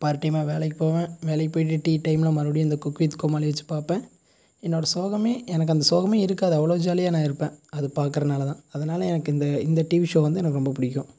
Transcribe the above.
part டைமாக வேலைக்கு போவேன் வேலைக்கு போய்விட்டு டீ டைமில் மறுபடியும் இந்த குக் வித் கோமாளி வைச்சு பார்ப்பேன் என்னோட சோகமே எனக்கு அந்த சோகமே இருக்காது அவ்வளோ ஜாலியாக நான் இருப்பேன் அது பார்க்கறனாலதான் அதனால் எனக்கு இந்த இந்த டிவி ஷோ வந்து எனக்கு ரொம்ப பிடிக்கும்